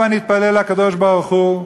הבה נתפלל לקדוש-ברוך-הוא,